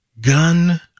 gun